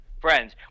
friends